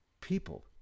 people